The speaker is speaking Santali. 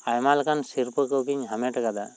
ᱟᱭᱢᱟ ᱞᱮᱠᱟᱱ ᱥᱤᱨᱯᱟᱹ ᱠᱚᱜᱮᱧ ᱦᱟᱢᱮᱴ ᱠᱟᱫᱟ